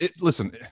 Listen